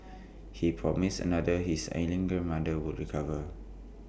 he promised another his ailing grandmother would recover